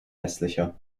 hässlicher